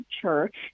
Church